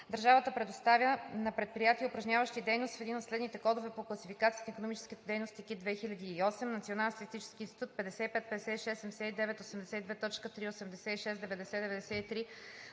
Държавата предоставя на предприятия, упражняващи дейност в един от следните кодове по Класификацията на икономическите дейности (КИД 2008) на Националния статистически институт 55, 56, 79, 82.3, 86, 90, 93,